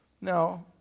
No